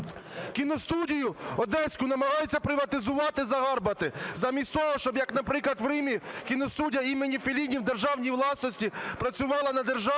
Кіностудію Одеську намагаються приватизувати і загарбати, замість того щоб, як наприклад в Римі, Кіностудія Фелліні в державній власності працювала на державу,